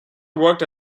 worked